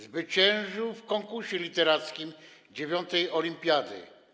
Zwyciężył w konkursie literackim IX olimpiady.